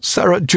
Sarah